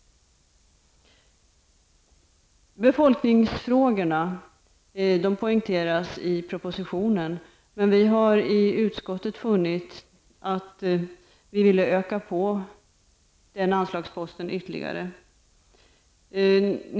Befolkningsfrågorna poängteras i propositionen. Men vi har i utskottet funnit att vi vill öka denna anslagspost ytterligare.